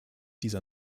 dieser